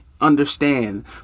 Understand